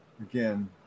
Again